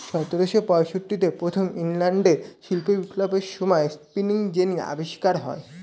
সতেরোশো পঁয়ষট্টিতে প্রথম ইংল্যান্ডের শিল্প বিপ্লবের সময়ে স্পিনিং জেনি আবিষ্কার হয়